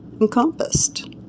encompassed